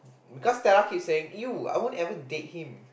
because Stella keep saying !eww! I won't ever date him